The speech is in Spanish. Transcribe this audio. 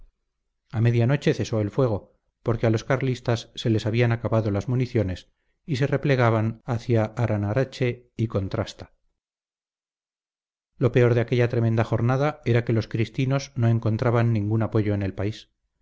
a media noche cesó el fuego porque a los carlistas se les habían acabado las municiones y se replegaban hacia aranarache y contrasta lo peor de aquella tremenda jornada era que los cristinos no encontraban ningún apoyo en el país